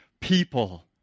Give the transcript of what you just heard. people